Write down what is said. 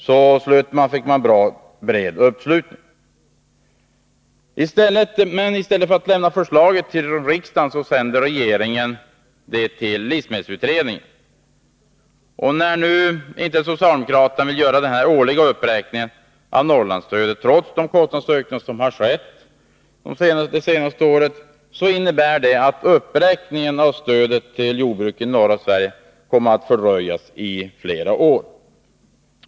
Uppslutningen bakom förslaget är mycket stor. I stället för att lämna förslaget till riksdagen sänder regeringen det till livsmedelsutredningen. Och när nu socialdemokraterna inte vill göra den årliga uppräkningen av Norrlandsstödet trots de kostnadsökningar som skett under det senaste året, innebär detta att uppräkningen av stödet till jordbruket i norra Sverige fördröjs i flera år.